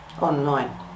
online